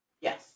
Yes